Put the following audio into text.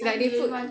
like they put